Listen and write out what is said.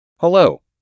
Hello